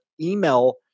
email